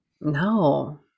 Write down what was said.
No